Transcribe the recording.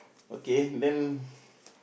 okay then